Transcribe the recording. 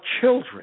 children